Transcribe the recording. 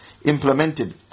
implemented